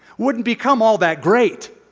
wouldn't become all that great.